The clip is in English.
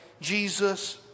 Jesus